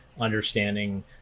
understanding